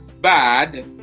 bad